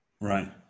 Right